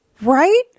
right